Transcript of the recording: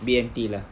B_M_T lah